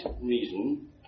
reason